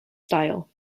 style